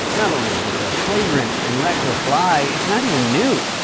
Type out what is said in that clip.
not only is this a flagrant and reckless lie, it's not even new.